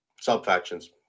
Sub-factions